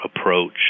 approach